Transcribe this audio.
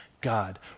God